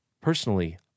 Personally